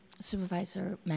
Supervisor